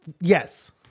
Yes